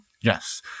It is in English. Yes